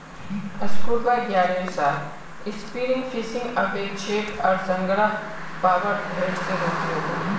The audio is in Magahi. स्कूबा गियरेर साथ स्पीयरफिशिंग अवैध छेक आर संगह पावर हेड्सेर उपयोगो